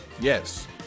Yes